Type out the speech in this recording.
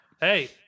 hey